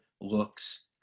looks